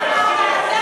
תחזור בך.